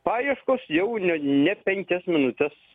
paieškos jau ne ne penkias minutes